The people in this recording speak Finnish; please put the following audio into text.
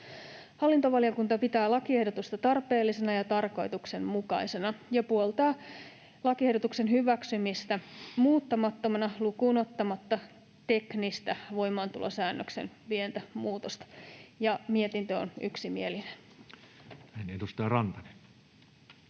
Hallintovaliokunta pitää lakiehdotusta tarpeellisena ja tarkoituksenmukaisena ja puoltaa lakiehdotuksen hyväksymistä muuttamattomana lukuun ottamatta pientä teknistä voimaantulosäännöksen muutosta. Mietintö on yksimielinen. Näin. — Edustaja Rantanen.